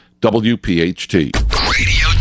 WPHT